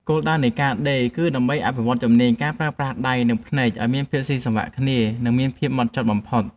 គោលដៅនៃការដេរគឺដើម្បីអភិវឌ្ឍជំនាញការប្រើប្រាស់ដៃ និងភ្នែកឱ្យមានភាពស៊ីសង្វាក់គ្នា និងមានភាពហ្មត់ចត់បំផុត។